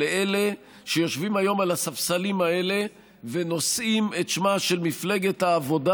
לאלה שיושבים היום על הספסלים האלה ונושאים את שמה של מפלגת העבודה